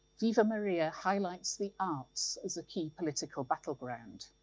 viva maria highlights the arts as a key political background.